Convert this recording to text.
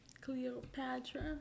Cleopatra